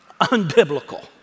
unbiblical